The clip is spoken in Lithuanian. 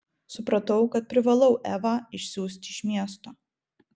supratau kad privalau evą išsiųsti iš miesto